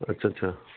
اچھا اچھا